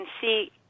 see